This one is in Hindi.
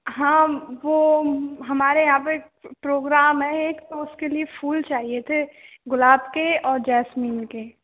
हाँ वो हमारे यहाँ पे प्रोग्राम हैं एक तो उसके लिए फूल चाहिए थे गुलाब के और जेसमीन के